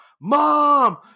mom